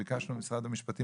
ביקשנו ממשרד המשפטים